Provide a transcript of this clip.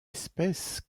espèce